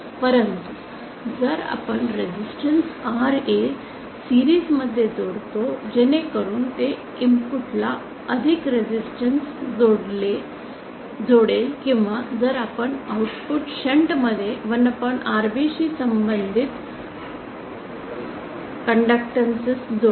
परंतु जर आपण रेसिस्टन्स Ra मालिकेमध्ये जोडतो जेणेकरून ते इनपुट ला अधिक रेसिस्टन्स जोडेल किंवा जर आपण आउटपुटवर शंट मध्ये 1Rb शी संबंधित कंडक्टन्स जोडले